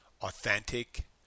authentic